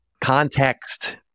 Context